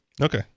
Okay